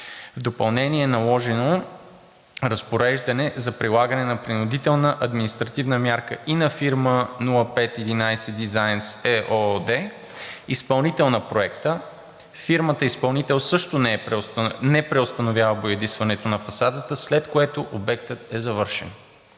В допълнение е наложено разпореждане за прилагане на принудителна административна мярка и на фирма „0511 ДИЗАЙНС“ ЕООД – изпълнител на проекта. Фирмата изпълнител също не преустановява боядисването на фасадата, след което обектът е завършен.